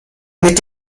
mit